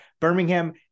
Birmingham